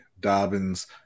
Dobbins